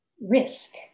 risk